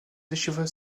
déchiffrer